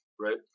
right